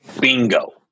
bingo